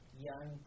young